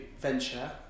venture